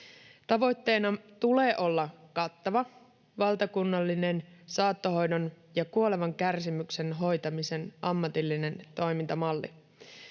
Tavoitteena tulee olla kattava valtakunnallinen saattohoidon ja kuoleman kärsimyksen hoitamisen ammatillinen toimintamalli.